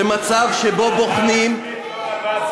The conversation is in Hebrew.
זה לא נכון,